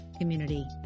community